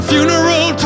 Funeral